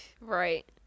Right